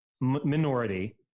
minority